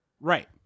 Right